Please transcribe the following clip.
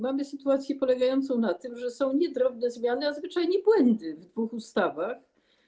Mamy sytuację polegającą na tym, że są nie drobne zmiany, ale zwyczajnie błędy w dwóch ustawach.